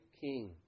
King